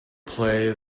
play